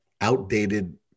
outdated